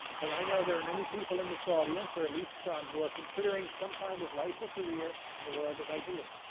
but i know there are many people in this audience, or at least some, who are considering some kind of life or career in the world of ideas.